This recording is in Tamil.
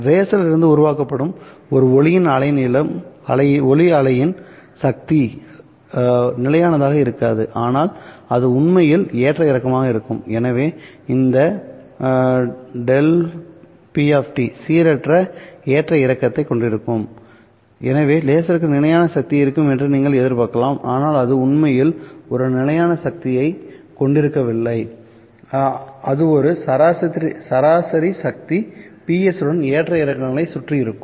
லேசரிலிருந்து உருவாக்கப்படும் ஒரு ஒளி அலையின் சக்தி நிலையானதாக இருக்காது ஆனால் அது உண்மையில் ஏற்ற இறக்கமாக இருக்கும்எனவே இந்த δp சீரற்ற ஏற்ற இறக்கத்தைக் குறிக்கும்எனவே லேசருக்கு நிலையான சக்தி இருக்கும் என்று நீங்கள் எதிர்பார்க்கலாம்ஆனால் அது உண்மையில் ஒரு நிலையான சக்தியைக் கொண்டிருக்கவில்லைஅது ஒரு சராசரி சக்தி Ps உடன் ஏற்ற இறக்கங்கள் சுற்றி இருக்கும்